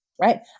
right